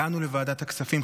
הגענו לוועדת הכספים,